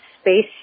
space